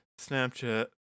Snapchat